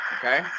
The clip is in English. Okay